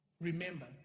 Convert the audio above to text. remember